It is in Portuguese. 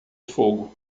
fogo